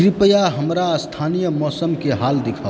कृपया हमरा स्थानीए मौसमके हाल दिखाउ